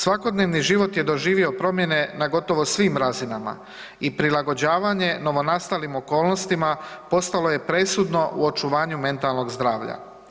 Svakodnevni život je doživio promjene na gotovo svim razinama i prilagođavanje novonastalim okolnostima postalo je presudno u očuvanju mentalnog zdravlja.